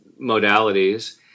modalities